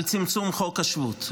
על צמצום חוק השבות.